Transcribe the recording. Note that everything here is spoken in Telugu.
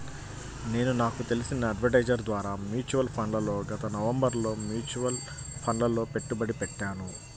నేను నాకు తెలిసిన అడ్వైజర్ ద్వారా మ్యూచువల్ ఫండ్లలో గత నవంబరులో మ్యూచువల్ ఫండ్లలలో పెట్టుబడి పెట్టాను